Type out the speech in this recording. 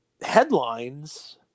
headlines